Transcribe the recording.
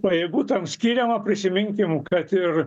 pajėgų tam skiriama prisiminkim kad ir